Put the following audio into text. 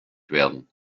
werden